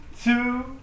Two